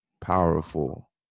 powerful